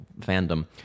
fandom